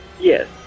Yes